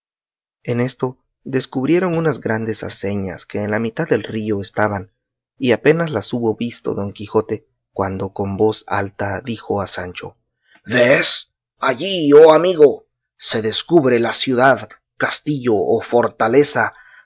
en esto descubrieron unas grandes aceñas que en la mitad del río estaban y apenas las hubo visto don quijote cuando con voz alta dijo a sancho vees allí oh amigo se descubre la ciudad castillo o fortaleza